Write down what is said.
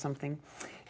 something